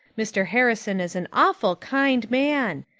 mr. harrison is an awful kind man.